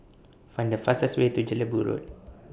Find The fastest Way to Jelebu Road